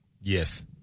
Yes